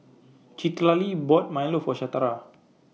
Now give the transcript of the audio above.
Citlalli bought Milo For Shatara